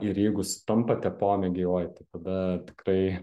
ir jeigu sutampa tie pomėgiai oi tada tikrai